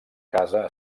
casa